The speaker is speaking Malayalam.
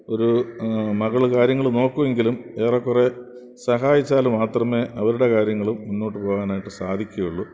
ഒരു മകൾ കാര്യങ്ങൾ നോക്കുമെങ്കിലും ഏറെക്കുറെ സഹായിച്ചാൽ മാത്രമേ അവരുടെ കാര്യങ്ങൾ മുന്നോട്ട് പോകനായിട്ട് സാധിക്കുകയുള്ളു